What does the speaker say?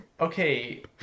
okay